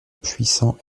puissant